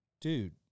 Dude